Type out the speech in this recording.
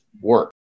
work